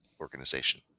organization